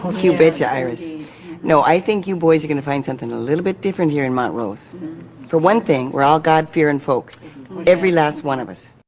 whew bitch iris no, i think you boys are gonna find something a little bit different here in montrose for one thing we're all god-fearing folk every last one of us